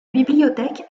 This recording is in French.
bibliothèque